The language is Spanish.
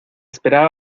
esperaba